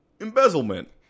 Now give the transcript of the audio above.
embezzlement